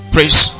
Praise